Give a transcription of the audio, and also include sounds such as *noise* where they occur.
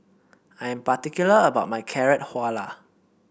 I'm particular about my Carrot Halwa *unintelligible*